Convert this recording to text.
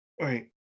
right